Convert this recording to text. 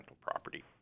property